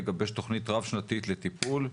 לגבש תוכנית רב-שנתית לטיפול,